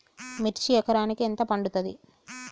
మిర్చి ఎకరానికి ఎంత పండుతది?